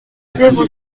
zéro